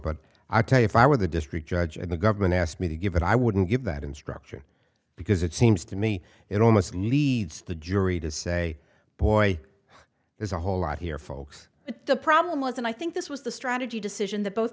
but i tell you if i were the district judge and the government asked me to give it i wouldn't give that instruction because it seems to me it almost leads the jury to say boy there's a whole lot here folks but the problem was and i think this was the strategy decision that both